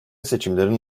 seçimlerin